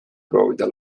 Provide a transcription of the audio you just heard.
proovida